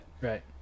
Right